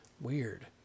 Weird